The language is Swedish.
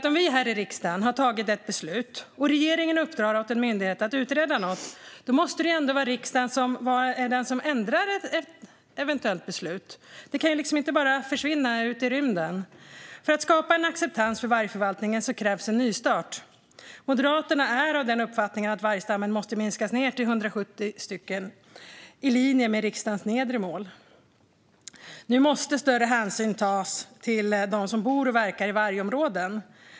Om riksdagen tar ett beslut och regeringen uppdrar åt en myndighet att utreda något måste det väl ändå vara riksdagen som ändrar beslutet. Det kan inte bara försvinna ut i rymden. För att skapa en acceptans för vargförvaltningen krävs en nystart. Moderaternas uppfattning är att vargstammen måste minskas till 170 stycken i linje med riksdagens nedre mål. Större hänsyn måste tas till dem som bor och verkar i vargområden.